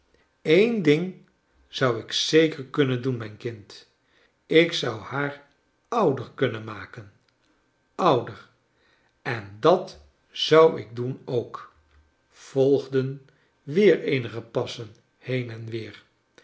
een ding zou ik zeker kunnen doen mijn kind ik zou haar ouder kunnen maken ouder en dat zou ik doen ook volgden weer eenige passen heen en weer